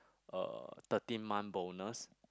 uh thirteenth month bonus